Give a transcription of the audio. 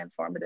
transformative